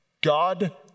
God